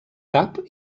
cap